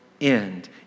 end